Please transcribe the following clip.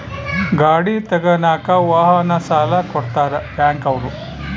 ಗಾಡಿ ತಗನಾಕ ವಾಹನ ಸಾಲ ಕೊಡ್ತಾರ ಬ್ಯಾಂಕ್ ಅವ್ರು